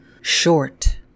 short